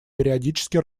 периодически